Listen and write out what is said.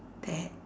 that